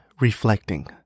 Reflecting